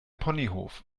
ponyhof